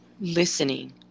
listening